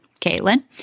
Caitlin